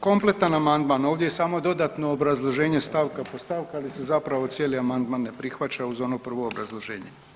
Kompletan amandman, ovdje je samo dodatno obrazloženje stavka po stavka ali se zapravo cijeli amandman ne prihvaća uz ono prvo obrazloženje.